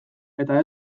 eta